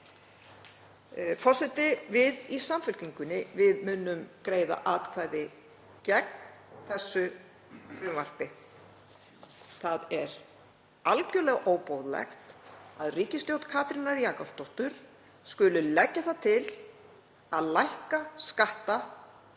Forseti. Við í Samfylkingunni munum greiða atkvæði gegn þessu frumvarpi. Það er algjörlega óboðlegt að ríkisstjórn Katrínar Jakobsdóttur skuli leggja það til að lækka skatta á